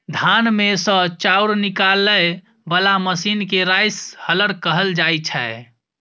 धान मे सँ चाउर निकालय बला मशीन केँ राइस हलर कहल जाइ छै